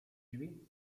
drzwi